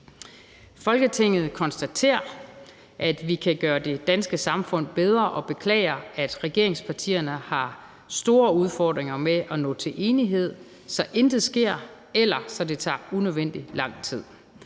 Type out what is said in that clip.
»Folketinget konstaterer, at vi kan gøre det danske samfund bedre og beklager, at regeringspartierne har store udfordringer med at nå til enighed, så intet sker, eller så det tager unødig lang tid.